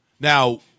Now